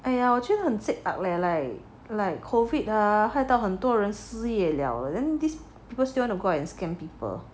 哎呀我就很 like like COVID ah 害到很多人失业了 then this people still want to go out and scam people